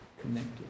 connected